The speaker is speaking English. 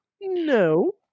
No